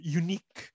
unique